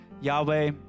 Yahweh